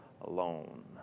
alone